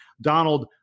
Donald